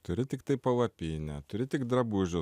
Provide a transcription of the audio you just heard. turi tiktai palapinę turi tik drabužių